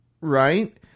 right